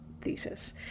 thesis